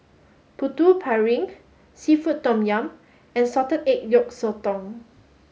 Putu Piring seafood tom yum and salted egg yolk Sotong